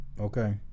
okay